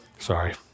Sorry